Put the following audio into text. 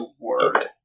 word